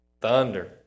Thunder